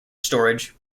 storage